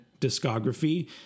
discography